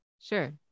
Sure